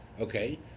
okay